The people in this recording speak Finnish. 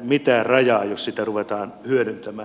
mitään rajaa jos sitä ruvetaan hyödyntämään